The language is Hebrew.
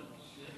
ההצעה